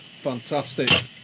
Fantastic